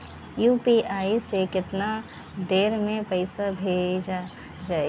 UPI से केतना देर मे पईसा भेजा जाई?